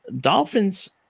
dolphins